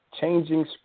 changing